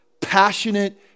passionate